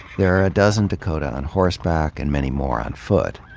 there are a dozen dakota on horseback and many more on foot.